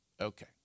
Okay